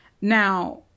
Now